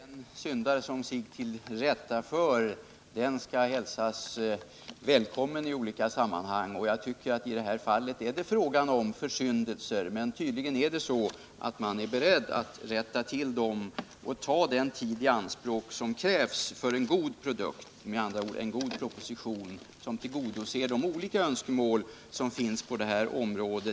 Herr talman! Den syndare som sig tillrättaför skall hälsas välkommen i olika sammanhang — och i det här fallet tycker jag det är fråga om försyndelser. Men tydligen är man beredd att rätta till dem och ta den tid i anspråk som krävs för en god produkt — med andra ord en god proposition, som tillgodoser de olika önskemål som finns på detta område.